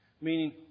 Meaning